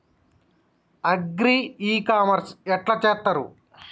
Agri e commerce ఎట్ల చేస్తరు?